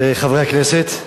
חברי הכנסת,